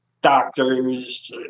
doctors